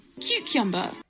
cucumber